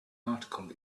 article